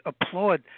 applaud